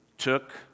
took